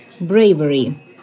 bravery